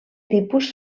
tipus